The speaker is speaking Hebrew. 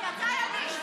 כי אתה ימין,